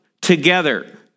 together